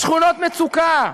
לשכונות מצוקה,